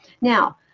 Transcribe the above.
Now